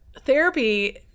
therapy